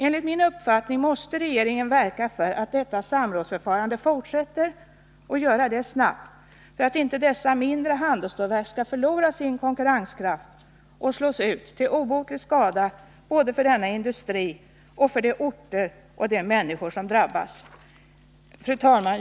Enligt min uppfattning måste regeringen verka för att detta samrådsförfarande fortsätter och göra det snabbt, för att inte de mindre handelsstålverken skall förlora sin konkurrenskraft och slås ut, till obotlig skada både för denna industri och för de orter och de människor som drabbas. Fru talman!